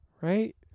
right